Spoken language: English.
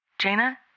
Jaina